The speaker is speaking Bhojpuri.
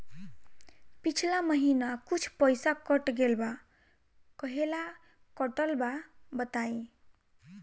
पिछला महीना कुछ पइसा कट गेल बा कहेला कटल बा बताईं?